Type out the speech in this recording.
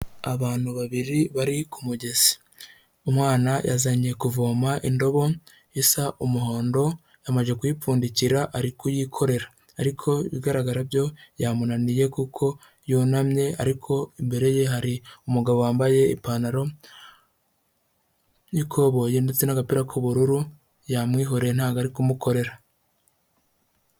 Abantu babiri bari ku mugezi. Umwana yazanye kuvoma indobo isa umuhondo, amaze kuyipfundikira ari kuyikorera ariko ibigaragara byo yamunaniye kuko yunamye ariko imbere ye hari umugabo wambaye ipantaro y'ikoboyi ndetse n'agapira k'ubururu, yamwihoreye ntabwo ari kumukorera.